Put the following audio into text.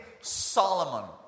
Solomon